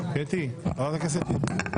קטי, חברת הכנסת קטי.